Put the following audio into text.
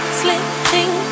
slipping